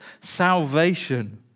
salvation